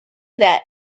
that